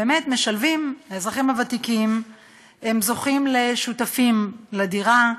האזרחים הוותיקים זוכים לשותפים לדירה,